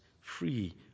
free